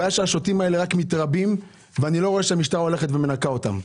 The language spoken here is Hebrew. הבעיה היא שהשוטים האלה מתרבים ואני לא רואה שהמשטרה הולכת ומנקה ואתם.